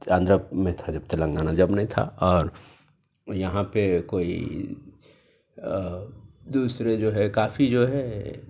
آندھرا میں تھا جب تلنگانہ جب نہیں تھا اور یہاں پہ کوئی دوسرے جو ہے کافی جو ہے